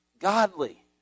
godly